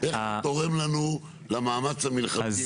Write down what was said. אתה רוצה רגע להרחיב איך זה תורם לנו למאמץ המלחמתי?